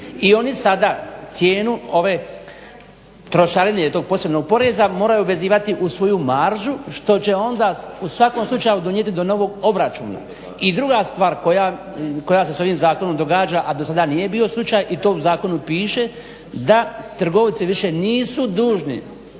i oni sada cijenu ove trošarine i tog posebnog poreza moraju vezivati u svoju maržu, što će onda u svakom slučaju donijeti do novog obračuna. I druga stvar koja se s ovim zakonom događa a dosada nije bio slučaj i to u zakonu piše da trgovci više nisu dužni